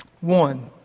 One